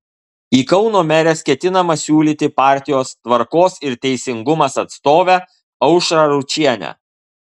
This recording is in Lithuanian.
į kauno meres ketinama siūlyti partijos tvarkos ir teisingumas atstovę aušrą ručienę